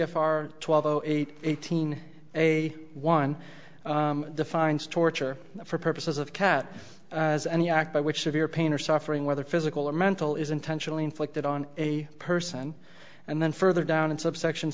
f r twelve zero eight eighteen a one defines torture for purposes of cat as any act by which severe pain or suffering whether physical or mental is intentionally inflicted on a person and then further down in subsection